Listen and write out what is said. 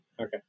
Okay